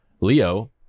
Leo